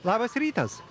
labas rytas